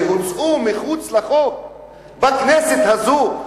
שהוצאו מחוץ לחוק בכנסת הזו,